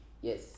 Yes